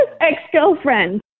ex-girlfriend